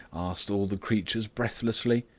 asked all the creatures breathlessly.